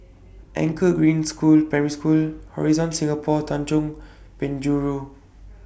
Anchor Green School Primary School Horizon Singapore Tanjong Penjuru